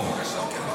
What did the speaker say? שואל.